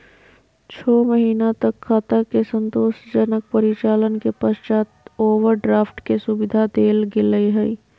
छो महीना तक खाता के संतोषजनक परिचालन के पश्चात ओवरड्राफ्ट के सुविधा देल गेलय हइ